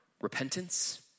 repentance